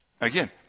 Again